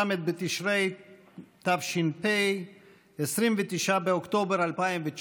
ל' בתשרי התש"ף (29 באוקטובר 2019)